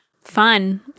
fun